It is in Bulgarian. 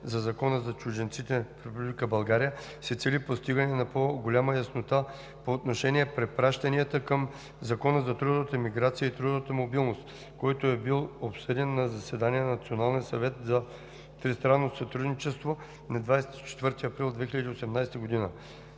на Закона за чужденците в Република България се цели постигане на по-голяма яснота по отношение на препращанията към Закона за трудова миграция и трудова мобилност, който е бил обсъден на заседание на Националния съвет за тристранно сътрудничество на 24 април 2018 г.